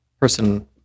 person